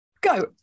go